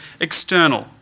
external